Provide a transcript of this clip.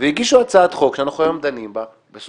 והגישו הצעת חוק שאנחנו דנים בה היום,